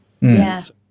Yes